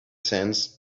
sands